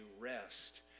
rest